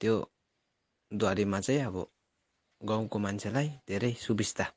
त्यो द्वारेमा चाहिँ अब गाउँको मान्छेलाई धेरै सुविस्ता